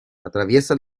atraviesa